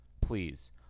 please